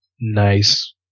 Nice